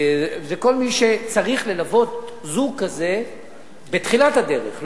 זה כל מי שצריך ללוות זוג כזה בתחילת הדרך,